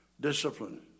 discipline